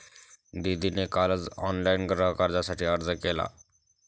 दीदीने कालच ऑनलाइन गृहकर्जासाठी अर्ज केला